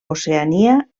oceania